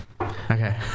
Okay